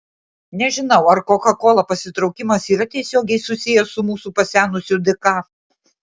nežinau ar koka kola pasitraukimas yra tiesiogiai susijęs su mūsų pasenusiu dk